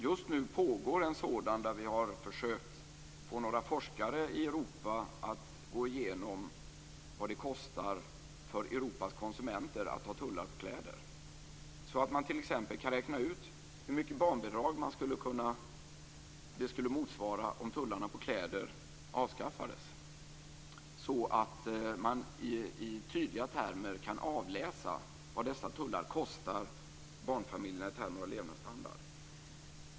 Just nu pågår en sådan, där vi har försökt att få några forskare i Europa att gå igenom vad det kostar för Europas konsumenter att ha tullar på kläder. Man kan t.ex. räkna ut hur mycket barnbidrag det skulle motsvara om tullarna på kläder avskaffades, så att man i tydliga termer kan avläsa vad dessa tullar kostar barnfamiljer i termer av levnadsstandard.